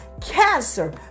cancer